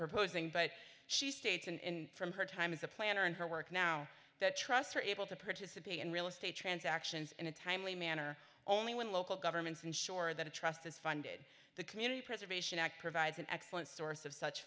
proposing but she states in from her time as a planner in her work now that trusts were able to participate in real estate transactions in a timely manner only when local governments ensure that a trust is funded the community preservation act provides an excellent source of such